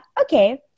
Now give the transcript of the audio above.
okay